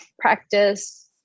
practice